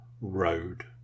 road